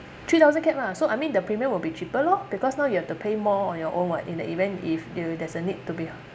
three thousand cap lah so I mean the premium will be cheaper lor because now you have to pay more on your own [what] in the event if you there's a need to be